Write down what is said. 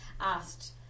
asked